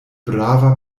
brava